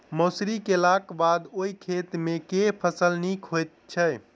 मसूरी केलाक बाद ओई खेत मे केँ फसल नीक होइत छै?